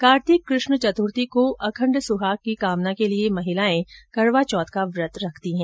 कार्तिक कृष्ण चतुर्थी को अखण्ड सुहाग की कामना के लिए महिलाएं करवा चौथ का व्रत रखती हैं